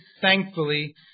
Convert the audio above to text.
thankfully